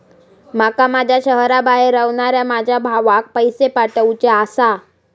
माका माझ्या शहराबाहेर रव्हनाऱ्या माझ्या भावाक पैसे पाठवुचे आसा